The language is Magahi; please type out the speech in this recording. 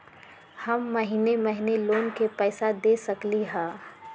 हम महिने महिने लोन के पैसा दे सकली ह?